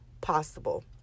possible